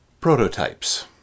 Prototypes